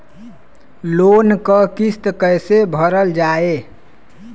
Loan क किस्त कैसे भरल जाए?